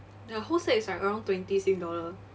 the whole set is like around twenty sing dollar